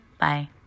Bye